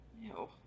No